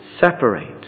separate